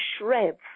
shreds